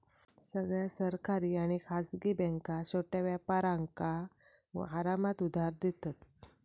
सगळ्या सरकारी आणि खासगी बॅन्का छोट्या व्यापारांका आरामात उधार देतत